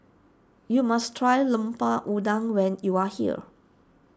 you must try Lemper Udang when you are here